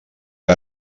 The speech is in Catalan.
que